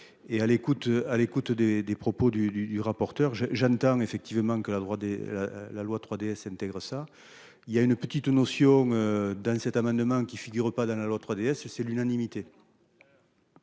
à l'écoute des des propos du du du rapporteur j'ai j'entends effectivement que la droit des la loi 3DS intègre ça il y a une petite notion dans cet amendement qui figure pas dans la loi 3DS c'est l'unanimité.